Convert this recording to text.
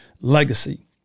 legacy